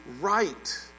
right